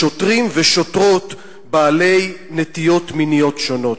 לשוטרים ושוטרות בעלי נטיות מיניות שונות?